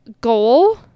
goal